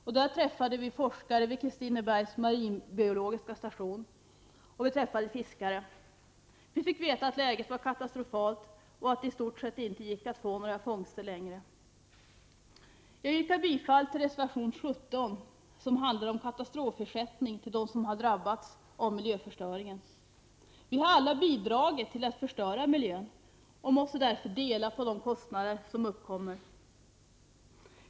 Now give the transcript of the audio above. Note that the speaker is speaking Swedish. Vi träffade forskare vid Kristinebergs marinbiologiska station, och vi träffade fiskare. Vi fick veta att läget var katastrofalt och att det i stort sett inte gick att få några fångster längre. Jag yrkar bifall till reservation 17, som handlar om katastrofersättning till dem som har drabbats av miljöförstöringen. Vi har alla bidragit till att förstöra miljön och måste därför dela på de kostnader som uppkommer.